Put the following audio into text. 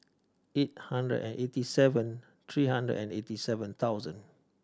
eight hundred and eighty seven three hundred and eighty seven thousand